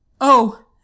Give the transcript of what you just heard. Oh